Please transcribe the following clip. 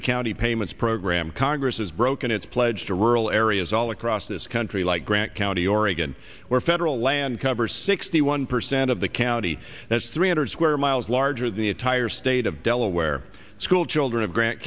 the county payments program congress has broken its pledge to rural areas all across this country like grant county oregon where federal land covers sixty one percent of the county that's three hundred square miles larger the entire state of delaware schoolchildren of grant